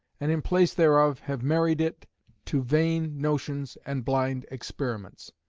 and in place thereof have married it to vain notions and blind experiments.